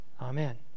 Amen